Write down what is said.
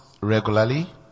regularly